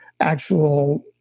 actual